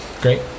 Great